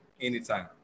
Anytime